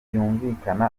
byumvikana